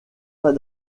pas